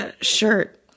shirt